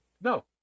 no